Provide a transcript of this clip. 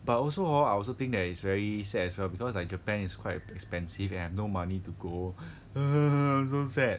but also hor I also think that it's very sad as well because like japan is quite expensive leh no money to go so sad